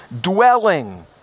dwelling